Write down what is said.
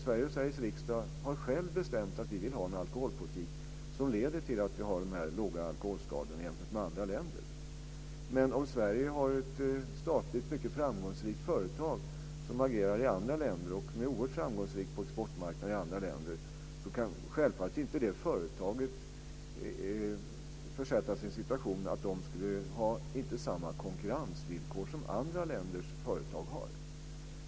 Sverige och Sveriges riksdag har själva bestämt att vi vill ha en alkoholpolitik som leder till att vi har få alkoholskador jämfört med andra länder. Om ett svenskt statligt mycket framgångsrikt företag agerar i andra länder och är oerhört framgångsrikt på exportmarknader, kan självfallet inte det företaget försättas i en situation att det inte skulle ha samma konkurrensvillkor som andra länders företag har.